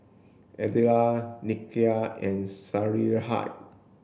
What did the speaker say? Adella Nakia and Sarahi